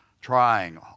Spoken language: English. trying